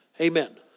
Amen